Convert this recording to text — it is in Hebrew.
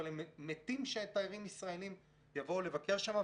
אבל הם "מתים" שתיירים ישראלים יבואו לבקר שם,